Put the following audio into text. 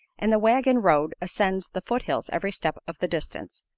and the wagon road ascends the foothills every step of the distance.